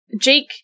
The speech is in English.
Jake